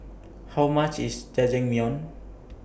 How much IS Jajangmyeon